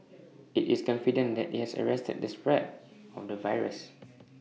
IT is confident that IT has arrested the spread of the virus